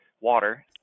water